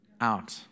out